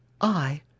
I